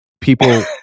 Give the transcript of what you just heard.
people